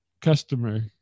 customer